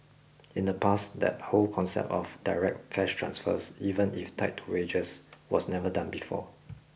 in the past that whole concept of direct cash transfers even if tied to wages was never done before